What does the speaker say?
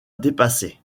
dépassé